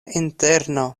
interno